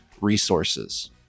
resources